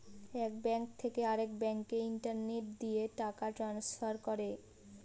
এক ব্যাঙ্ক থেকে আরেক ব্যাঙ্কে ইন্টারনেট দিয়ে টাকা ট্রান্সফার করে